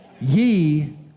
ye